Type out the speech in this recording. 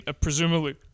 presumably